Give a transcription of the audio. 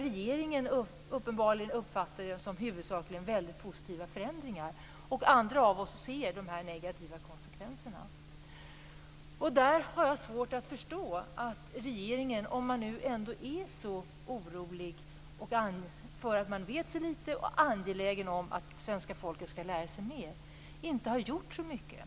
Regeringen uppfattar det uppenbarligen som huvudsakligen väldigt positiva förändringar. Andra av oss ser de negativa konsekvenserna. Jag har svårt att förstå att regeringen, om man nu ändå är så orolig för att människor vet så litet och är så angelägen om att svenska folket skall lära sig mer, inte har gjort så mycket.